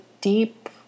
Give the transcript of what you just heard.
deep